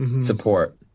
Support